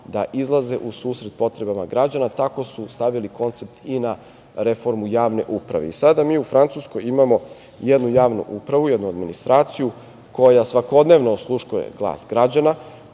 da izlaze u susret potrebama građana, tako su stavili koncept i na reformu javne uprave. Sada mi u Francuskoj imamo jednu javnu upravu, jednu administraciju koja svakodnevno osluškuje glas građana,